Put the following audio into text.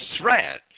threat